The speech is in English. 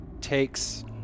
takes